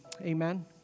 Amen